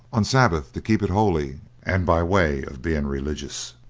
on sabbath to keep it holy, and by way of being religious.